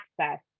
access